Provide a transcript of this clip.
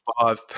five